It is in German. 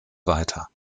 weiter